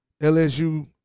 LSU